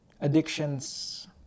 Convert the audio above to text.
Addictions